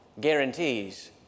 guarantees